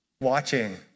watching